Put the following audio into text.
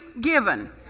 given